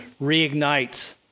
reignites